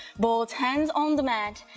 both hands on the mat,